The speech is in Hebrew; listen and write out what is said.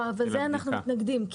לזה אנחנו מתנגדים.